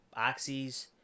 Oxys